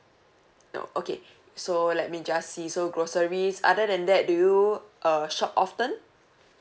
no okay so let me just see so groceries other than that do you uh shop often